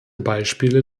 beispiele